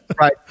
Right